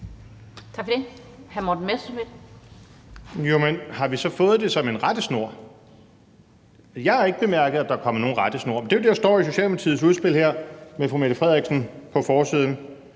har vi så fået det som en rettesnor? Jeg har ikke bemærket, at der er kommet nogen rettesnor. Men det er jo det, der står i Socialdemokratiets udspil her med fru Mette Frederiksen på forsiden.